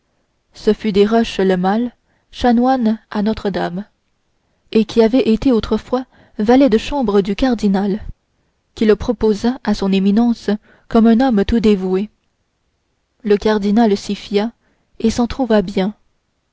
ce fut des roches le masle chanoine à notre-dame et qui avait été autrefois valet de chambre du cardinal qui le proposa à son éminence comme un homme tout dévoué le cardinal s'y fia et s'en trouva bien